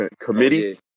committee